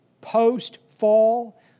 post-fall